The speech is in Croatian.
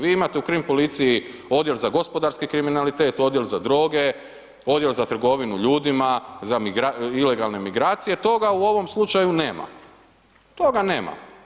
Vi imate u krim policiji odjel za gospodarski kriminalitet, odjel za droge, odjek za trgovinu ljudima, za ilegalne migracije, toga u ovom slučaju nema, toga nema.